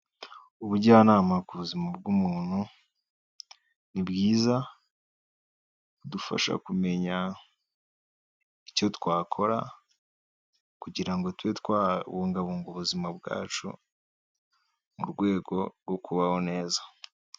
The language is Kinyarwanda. Ubujyanama ku buzima bw'umuntu ni bwiza budufasha kumenya icyo twakora kugira ngo tube twabungabunga ubuzima bwacu, mu rwego rwo kubaho neza.